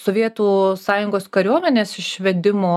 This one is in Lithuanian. sovietų sąjungos kariuomenės išvedimo